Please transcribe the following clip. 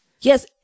Yes